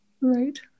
right